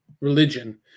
religion